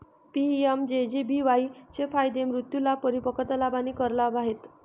PMJJBY चे फायदे मृत्यू लाभ, परिपक्वता लाभ आणि कर लाभ आहेत